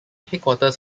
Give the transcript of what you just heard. headquarters